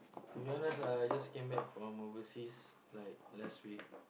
to be honest ah I just came back from overseas like last week